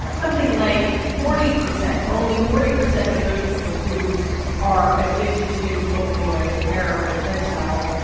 something like forty percent only forty percent of those people who are addicted to opioids, heroin, fentanyl,